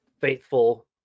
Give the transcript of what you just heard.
faithful